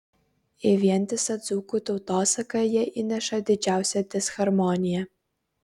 į vientisą dzūkų tautosaką jie įneša didžiausią disharmoniją